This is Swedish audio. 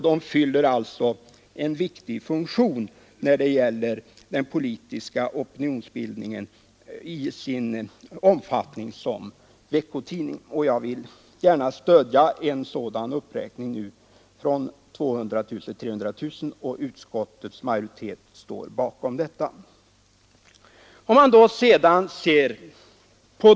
De fyller såsom veckotidningar en viktig funktion när det gäller den politiska opinionsbildningen, och jag vill gärna stödja den föreslagna uppräkningen från 200 000 kronor till 300 000 kronor. Utskottets majoritet står också bakom denna höjning.